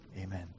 Amen